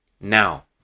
now